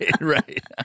right